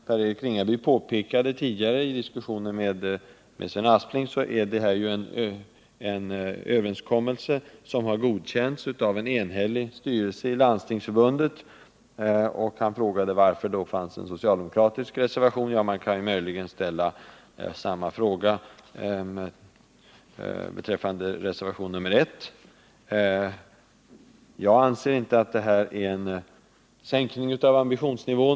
Per-Eric Ringaby påpekade i diskussionen med Sven Aspling att det här rör sig om en överenskommelse som har godkänts av en enhällig styrelse i Landstingsförbundet, och han frågade mot den bakgrunden varför det fanns en socialdemokratisk reservation till betänkandet. Man skulle möjligen kunna ställa samma fråga beträffande reservation nr 1. Jag anser inte att överenskommelsen innebär en sänkning av ambitionsnivån.